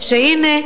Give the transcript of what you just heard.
שהנה,